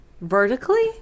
vertically